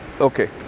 okay